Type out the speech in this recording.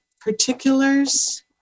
particulars